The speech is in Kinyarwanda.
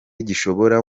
gishobora